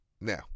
Now